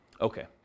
Okay